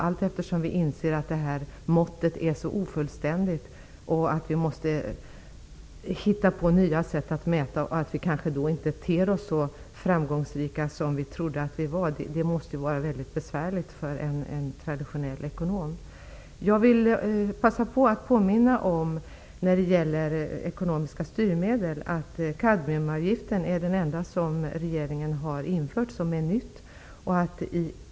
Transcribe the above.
Allteftersom vi inser att det här måttet är ofullständigt, att vi måste hitta nya sätt att mäta välfärd och att vi kanske då inte ter oss så framgångsrika som vi trodde att vi var, måste det vara mycket besvärligt för en traditionell ekonom. När det gäller ekonomiska styrmedel vill jag passa på att påminna om att det enda nya som regeringen har infört är kadmiumavgiften.